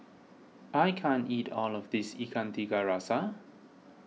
I can't eat all of this Ikan Tiga Rasa